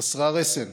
חסרי הרסן,